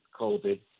COVID